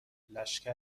لشکر